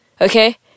okay